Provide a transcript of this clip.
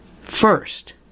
First